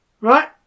Right